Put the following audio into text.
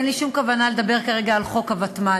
אין לי שום כוונה לדבר כרגע על חוק הוותמ"לים.